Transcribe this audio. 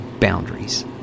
boundaries